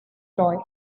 joy